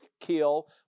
kill